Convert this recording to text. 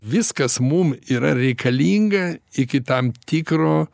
viskas mum yra reikalinga iki tam tikro